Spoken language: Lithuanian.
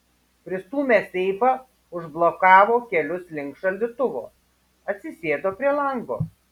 pristūmęs seifą užblokavo kelius link šaldytuvo atsisėdo prie lango